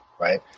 right